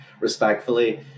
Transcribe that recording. respectfully